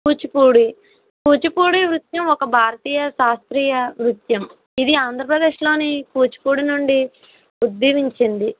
కూచిపూడి కూచిపూడి నృత్యం ఒక భారతీయ శాస్త్రీయ నృత్యం ఇది ఆంధ్రప్రదేశ్లోని కూచిపూడి నుండి ఉద్భవించింది